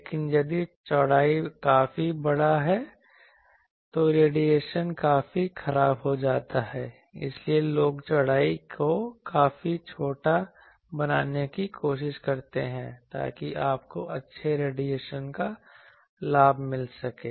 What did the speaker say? लेकिन यदि चौड़ाई काफी बड़ी है तो रेडिएशन काफी खराब हो जाता है इसीलिए लोग चौड़ाई को काफी छोटा बनाने की कोशिश करते हैं ताकि आपको अच्छे रेडिएशन का लाभ मिल सके